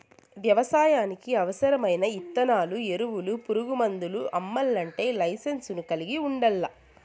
వ్యవసాయానికి అవసరమైన ఇత్తనాలు, ఎరువులు, పురుగు మందులు అమ్మల్లంటే లైసెన్సును కలిగి ఉండల్లా